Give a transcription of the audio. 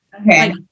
Okay